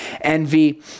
envy